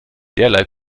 derlei